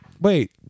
Wait